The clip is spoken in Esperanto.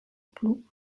plu